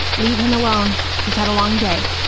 leave him alone, he's had a long day,